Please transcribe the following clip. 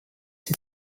sie